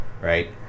right